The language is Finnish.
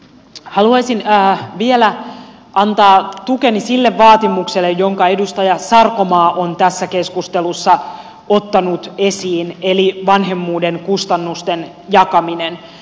haluaisin vielä antaa tukeni sille vaatimukselle jonka edustaja sarkomaa on tässä keskustelussa ottanut esiin eli vanhemmuuden kustannusten jakaminen